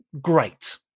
Great